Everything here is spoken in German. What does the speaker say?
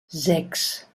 sechs